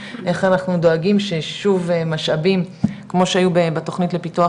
איך אנחנו דואגים ששוב משאבים כמו שהיו בתוכנית לפיתוח